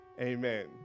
Amen